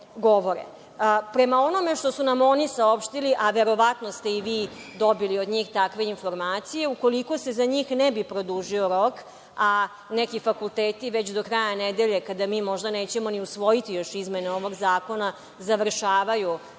onome što su nam oni saopštili, a verovatno ste i vi dobili od njih takve informacije, ukoliko se za njih ne bi produžio rok, a neki fakulteti već do kraja nedelje kada mi možda nećemo ni usvojiti još izmene ovog zakona, završavaju